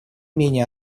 менее